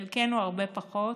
חלקנו הרבה פחות,